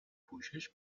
پوشش